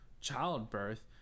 childbirth